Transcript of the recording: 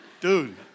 dude